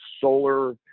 solar